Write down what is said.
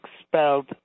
expelled